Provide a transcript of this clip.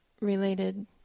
Related